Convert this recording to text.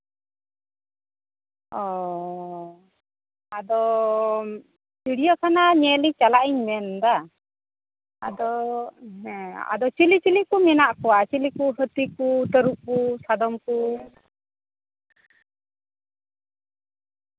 ᱚᱻ ᱟᱫᱚ ᱪᱤᱲᱤᱭᱟᱹᱠᱷᱟᱱᱟ ᱧᱮᱞᱤᱧ ᱪᱟᱞᱟᱜ ᱤᱧ ᱢᱮᱱ ᱮᱫᱟ ᱟᱫᱚ ᱦᱮᱸ ᱟᱫᱚ ᱪᱤᱞᱤ ᱪᱤᱞᱤ ᱠᱚ ᱢᱮᱱᱟᱜ ᱠᱚᱣᱟ ᱪᱤᱞᱤ ᱠᱚ ᱦᱟᱹᱛᱤ ᱠᱚ ᱛᱟᱹᱨᱩᱯ ᱠᱚ ᱥᱟᱫᱚᱢ ᱠᱚ